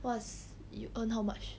what's you earn how much